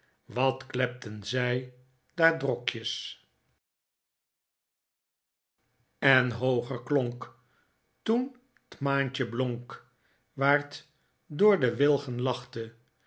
wat klepten zij daar drokjes en hooger kionk toen t maantjen blonk waar t door de wilgen lachte